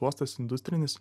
uostas industrinis